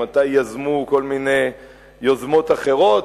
מתי יזמו כל מיני יוזמות אחרות.